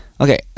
Okay